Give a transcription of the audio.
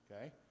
okay